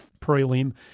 prelim